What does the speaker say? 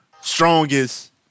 strongest